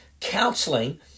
counseling